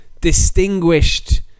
distinguished